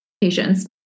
patients